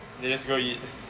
then you just go eat